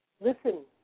listen